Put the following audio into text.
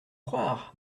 croire